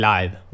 Live